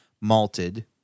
malted